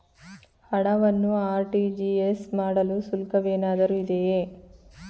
ಹಣವನ್ನು ಆರ್.ಟಿ.ಜಿ.ಎಸ್ ಮಾಡಲು ಶುಲ್ಕವೇನಾದರೂ ಇದೆಯೇ?